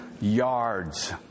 Yards